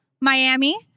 Miami